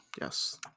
Yes